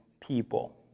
people